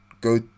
go